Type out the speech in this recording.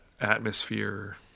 atmosphere